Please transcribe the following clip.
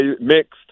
mixed